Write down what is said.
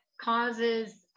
causes